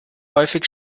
häufig